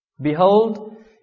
Behold